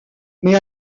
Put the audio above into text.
mais